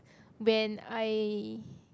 when I